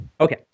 Okay